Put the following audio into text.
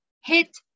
hit